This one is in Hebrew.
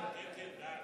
חוק ומשפט,